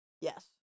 yes